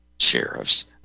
sheriffs